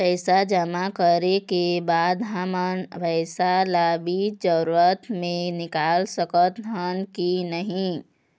पैसा जमा करे के बाद हमन पैसा ला बीच जरूरत मे निकाल सकत हन की नहीं?